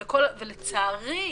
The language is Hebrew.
לצערי,